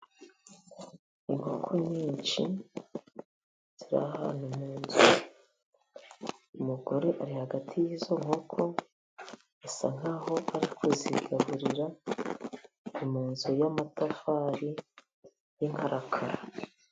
Inkoko nyinshi ziri ahantu mun nzu, umugore ari hagati y'izo nkoko, bisa nk'aho ari kuzigarurira muzu y'amatafari y'inkarakara.